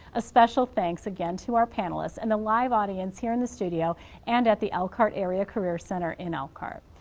a special thanks again to our panelists and the live audience here in the studio and at the elkhart area career center in elkhart.